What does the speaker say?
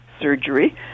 surgery